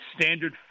standard